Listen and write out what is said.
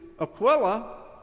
Aquila